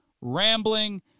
rambling